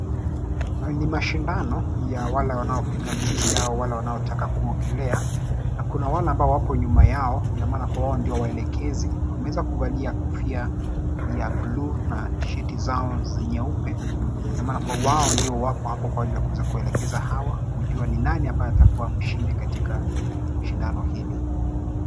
Ni mashindano ya wale wanaopiga mbizi au wale wanaotaka kuogelea na kuna wale ambao wapo nyuma yao kwa maana kuwa wao ndio waelekezi wameweza kuvalia kofia ya buluu na T-shirt zao nyeupe. Ina maana kuwa wao ndio wako hapo kuweza kuwaelekeza hawa kujua ni nani atakuwa mshindi katika shindano hili.